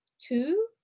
two